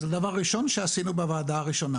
הדבר הראשון שעשינו בוועדה הראשונה